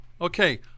Okay